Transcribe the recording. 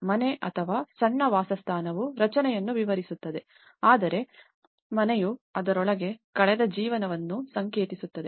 ಮನೆ ಅಥವಾ ಸಣ್ಣ ವಾಸಸ್ಥಾನವು ರಚನೆಯನ್ನು ವಿವರಿಸುತ್ತದೆ ಆದರೆ ಮನೆಯು ಅದರೊಳಗೆ ಕಳೆದ ಜೀವನವನ್ನು ಸಂಕೇತಿಸುತ್ತದೆ